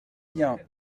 bien